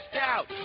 out